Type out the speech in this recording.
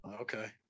Okay